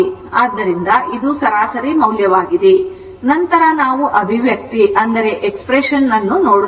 ಆದ್ದರಿಂದ ಇದು ಸರಾಸರಿ ಮೌಲ್ಯವಾಗಿದೆ ನಂತರ ನಾವು ಅಭಿವ್ಯಕ್ತಿ ಯನ್ನು ನೋಡುತ್ತೇವೆ